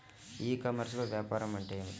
ఈ కామర్స్లో వ్యాపారం అంటే ఏమిటి?